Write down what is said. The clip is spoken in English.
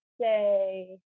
say